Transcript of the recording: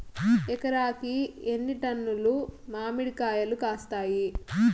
ఎకరాకి ఎన్ని టన్నులు మామిడి కాయలు కాస్తాయి?